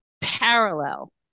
parallel